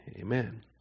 Amen